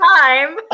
time